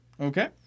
Okay